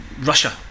Russia